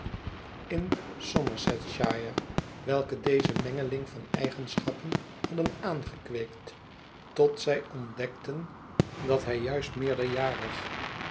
in somersetshire welke deze mengeling van eigenschappen hadden aangekweekt tot zij ontdekten dat hij juist